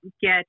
get